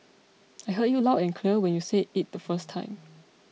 I heard you loud and clear when you said it the first time